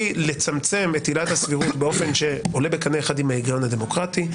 לצמצם את עילת הסבירות באופן שעולה בקנה אחד עם ההיגיון הדמוקרטי,